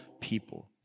people